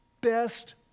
best